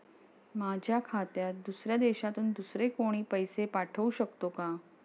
माझ्या खात्यात दुसऱ्या देशातून दुसरे कोणी पैसे पाठवू शकतो का?